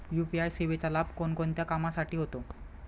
UPI सेवेचा लाभ कोणकोणत्या कामासाठी होतो?